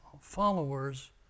followers